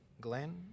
Glenn